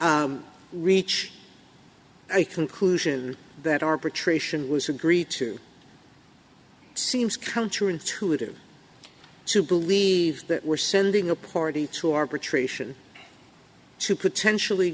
r reach a conclusion that our patrician was agree to seems counter intuitive to believe that we're sending a party to arbitration to potentially